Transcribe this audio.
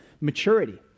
maturity